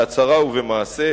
בהצהרה ובמעשה,